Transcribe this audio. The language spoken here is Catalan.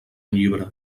llibre